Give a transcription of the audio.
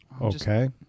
Okay